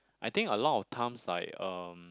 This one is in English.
I think a lot of times like um